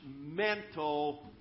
mental